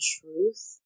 truth